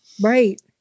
Right